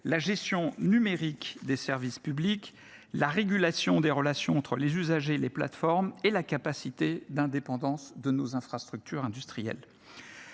la gestion numérique des services publics, la régulation des relations entre les usagers et les plateformes et la capacité d’indépendance de nos infrastructures industrielles.